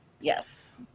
Yes